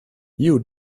you